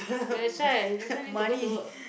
yeah that's why that's why need to go to work